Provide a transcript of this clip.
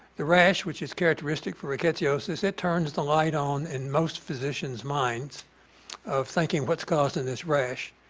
the rash, which is characteristic for rickettsiosis, it turns the light on in most physicians' minds of thinking what's causing this rash.